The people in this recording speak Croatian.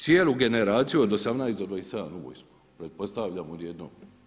Cijelu generaciju od 18 do 27 u vojsku, pretpostavljam odjednom.